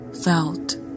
felt